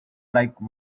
like